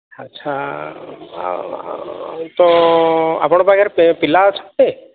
ଆଚ୍ଛା ତ ଆପଣଙ୍କ ପାଖରେ ପିଲା ଅଛନ୍ତି